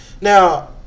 Now